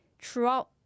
throughout